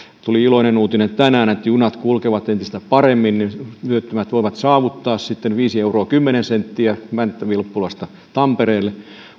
tuli iloinen uutinen tänään että junat kulkevat entistä paremmin työttömät voivat saavuttaa sen sitten viisi euroa kymmenen senttiä mänttä vilppulasta tampereelle